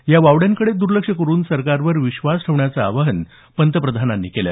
या वावड्यांकडे दर्लक्ष करून सरकारवर विश्वास ठेवण्याचं आवाहन पंतप्रधानांनी केलं